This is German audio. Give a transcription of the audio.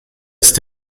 ist